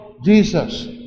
Jesus